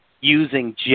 using